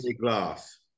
glass